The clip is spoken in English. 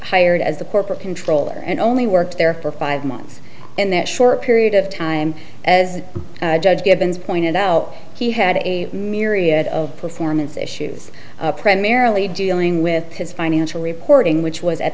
hired as a corporate controller and only worked there for five months in that short period of time as judge gibbons pointed out he had a myriad of performance issues primarily dealing with his financial reporting which was at